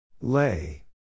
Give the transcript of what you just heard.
Lay